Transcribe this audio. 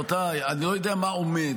רבותיי, אני לא יודע מה עומד.